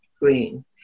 green